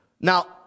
Now